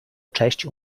cześć